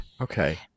Okay